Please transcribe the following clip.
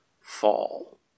fall